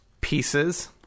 Pieces